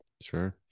Sure